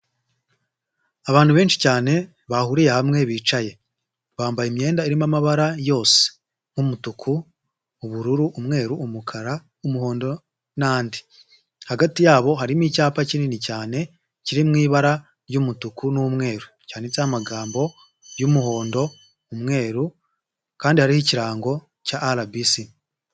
Abantu benshi cyane bahuriye hamwe bicaye, bambaye imyenda irimo amabara yose: nk'umutuku, ubururu, umweru, umukara, umuhondo n'andi, hagati yabo harimo icyapa kinini cyane kiri mu ibara ry'umutuku n'umweru cyanditseho amagambo y'umuhondo, umweru kandi hariho ikirango cya RBC.